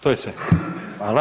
To je sve.